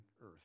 Earth